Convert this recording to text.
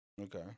okay